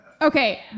Okay